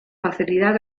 facilidad